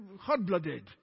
hot-blooded